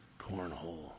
Cornhole